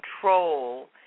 control